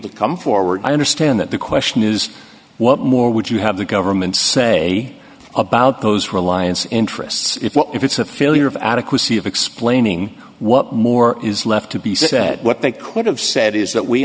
to come forward i understand that the question is what more would you have the government say about those reliance interests if well if it's a failure of adequacy of explaining what more is left to be said what they could have said is that we